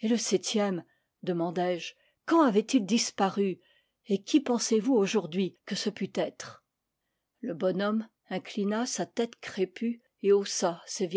et le septième demandai-je quand avait-il disparu et qui pensez-vous aujourd'hui que ce pût être le bonhomme inclina sa tête crépue et haussa ses